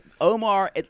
Omar